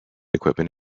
equipment